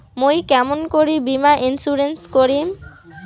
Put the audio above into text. মুই কেমন করি বীমা ইন্সুরেন্স করিম?